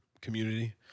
community